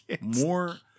more